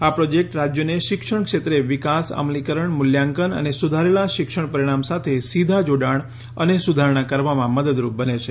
આ પ્રોજેક્ટ રાજ્યોને શિક્ષણ ક્ષેત્રે વિકાસ અમલીકરણ મૂલ્યાંકન અને સુધારેલા શિક્ષણ પરિણામ સાથે સીધા જોડાણ અને સુધારણા કરવામાં મદદરૂપ બને છે